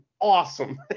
awesome